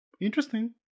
interesting